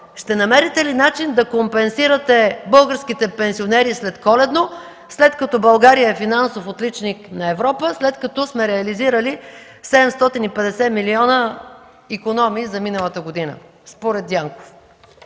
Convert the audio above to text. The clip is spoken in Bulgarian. ще намерите ли начин да компенсирате българските пенсионери след коледно, след като България е финансов отличник на Европа, след като сме реализирали 750 милиона икономии за миналата година според Дянков?